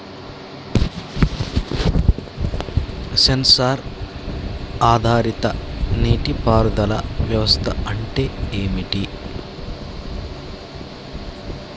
Censor ఆధారిత నీటి పారుదల వ్యవస్థ అంటే ఏమిటి?